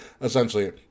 essentially